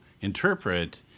interpret